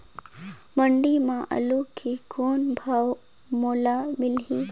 मंडी म आलू के कौन भाव मोल मिलही?